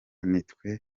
nitwe